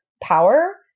power